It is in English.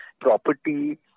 property